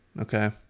Okay